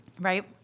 Right